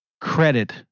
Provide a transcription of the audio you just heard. credit